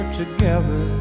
together